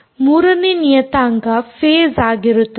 3ನೇ ನಿಯತಾಂಕ ಫೇಸ್ ಆಗಿರುತ್ತದೆ